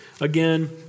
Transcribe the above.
again